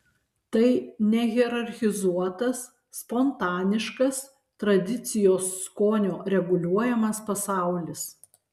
tai nehierarchizuotas spontaniškas tradicijos skonio reguliuojamas pasaulis